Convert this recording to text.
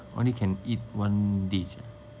only can eat one dish ah